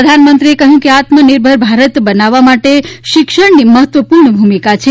પ્રધાનમંત્રીએ કહ્યું કે આત્મનિર્ભર ભારત બનાવવા માટે શિક્ષણની મહત્વપૂર્ણ ભૂમિકા છે